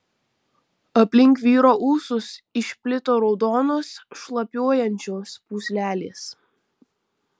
aplink vyro ūsus išplito raudonos šlapiuojančios pūslelės